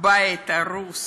הבית הרוס,